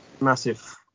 massive